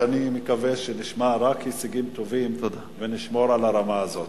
אני מקווה שנשמע רק הישגים טובים ונשמור על הרמה הזאת.